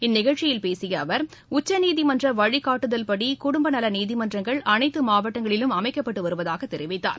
இந்நிகழ்ச்சியில் பேசிய அவர் உச்சநீதிமன்ற வழிகாட்டுதலின்படி குடும்பநல நீதிமன்றங்கள் அனைத்து மாவட்டங்களிலும் அமைக்கப்பட்டு வருவதாகத் தெரிவித்தார்